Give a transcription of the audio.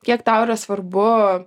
kiek tau yra svarbu